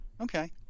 okay